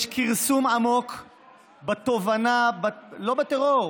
יש כרסום עמוק בתובנה, לא בטרור.